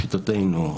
לשיטתנו,